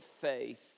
faith